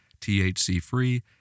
THC-free